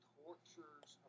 tortures